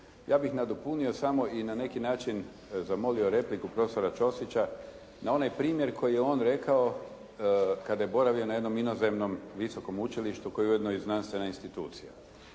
Ja bih nadopunio samo i na neki način zamolio repliku prof. Ćosića, na onaj primjer koji je on rekao kada je boravio na jednom inozemnom visokom učilištu koji je ujedno i znanstvena institucija.